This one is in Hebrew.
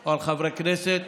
או על חברי הכנסת,